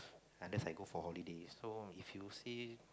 unless I go for holiday so if you say